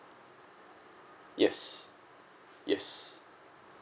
yes yes